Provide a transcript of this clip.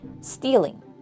Stealing